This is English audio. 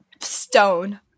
stone